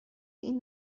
این